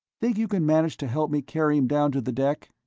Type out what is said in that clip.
think you can manage to help me carry him down to the deck?